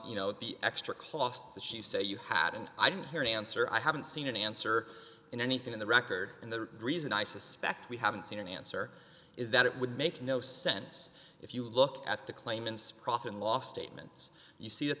you know the extra costs that she would say you had and i didn't hear an answer i haven't seen an answer in anything in the record and the reason i suspect we haven't seen an answer is that it would make no sense if you look at the claimants profit and loss statements you see that